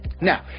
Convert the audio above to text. Now